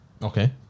Okay